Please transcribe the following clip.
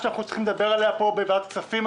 שאנחנו צריכים לדבר עליה פה בוועדת הכספים,